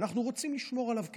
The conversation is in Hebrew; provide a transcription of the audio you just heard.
ואנחנו רוצים לשמור עליו כזה.